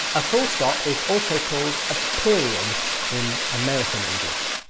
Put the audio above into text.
a full stop is also called a period in american english.